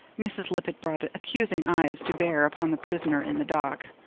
mrs. lippett brought accusing eyes to bear upon the prisoner in the dock,